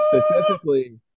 specifically